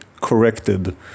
corrected